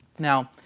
now,